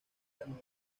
reanudó